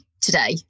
today